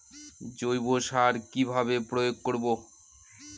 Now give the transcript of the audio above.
জৈব সার কি ভাবে প্রয়োগ করব?